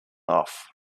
off